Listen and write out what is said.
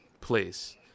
place